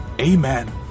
Amen